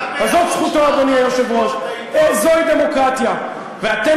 כבל, החוק שלך אמר לסגור את העיתון?